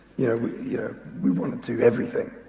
you know yeah we want to do everything,